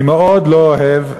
אני מאוד לא אוהב,